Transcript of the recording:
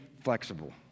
flexible